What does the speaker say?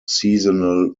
seasonal